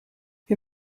wir